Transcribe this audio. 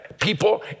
people